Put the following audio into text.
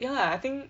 ya I think